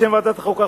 בשם ועדת החוקה,